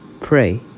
Pray